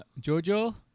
JoJo